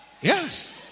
Yes